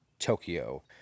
tokyo